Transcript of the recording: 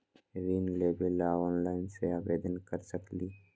ऋण लेवे ला ऑनलाइन से आवेदन कर सकली?